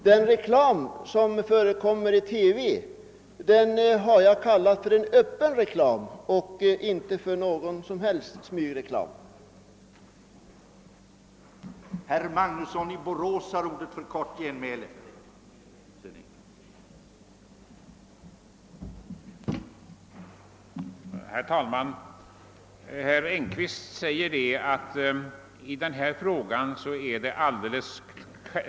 Den reklam som förekommer i TV har jag kallat för öppen reklam och inte för smygreklam. Den måste det gå att komma till rätta med.